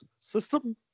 system